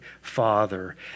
Father